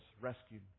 rescued